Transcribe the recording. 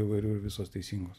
įvairių ir visos teisingos